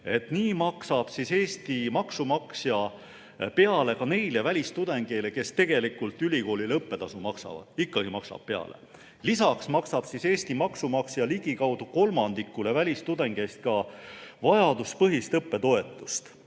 Nii maksab Eesti maksumaksja peale ka neile välistudengeile, kes tegelikult ülikoolile õppetasu maksavad. Lisaks maksab Eesti maksumaksja ligikaudu kolmandikule välistudengeist ka vajaduspõhist õppetoetust